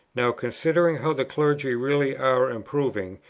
now, considering how the clergy really are improving,